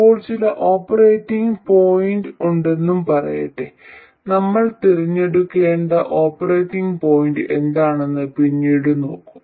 ഇപ്പോൾ ചില operating point ഉണ്ടെന്നും പറയട്ടെ നമ്മൾ തിരഞ്ഞെടുക്കേണ്ട ഓപ്പറേറ്റിംഗ് പോയിന്റ് എന്താണെന്ന് പിന്നീട് നോക്കും